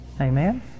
Amen